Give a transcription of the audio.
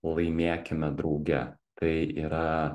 laimėkime drauge tai yra